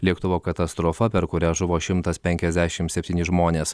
lėktuvo katastrofa per kurią žuvo šimtas penkiasdešim septyni žmonės